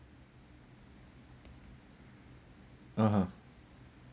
(uh huh)